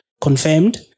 confirmed